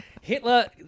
Hitler